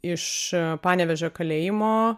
iš panevėžio kalėjimo